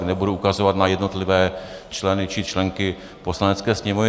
Nebudu ukazovat na jednotlivé členy či členky Poslanecké sněmovny.